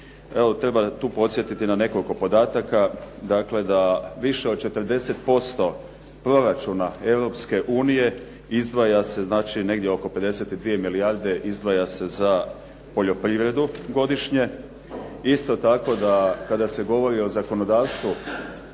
treba tu podsjetiti na nekoliko podataka, dakle da više od 40% proračuna Europske unije izdvaja se znači negdje oko 52 milijarde izdvaja se za poljoprivredu godišnje isto tako da kada se govori o zakonodavstvu